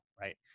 right